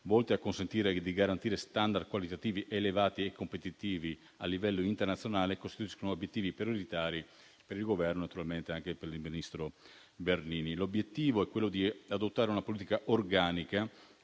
volte a consentire di garantire *standard* qualitativi elevati e competitivi a livello internazionale, costituiscono obiettivi prioritari per il Governo e naturalmente anche per il ministro Bernini. L'obiettivo è quello di adottare una politica organica